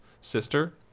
sister